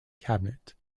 cabinet